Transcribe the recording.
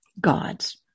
gods